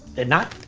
they're not?